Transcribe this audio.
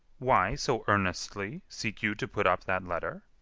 why so earnestly seek you to put up that letter?